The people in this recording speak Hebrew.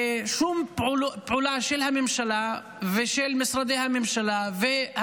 ושום פעולה של הממשלה ושל משרדי הממשלה ושל